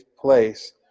place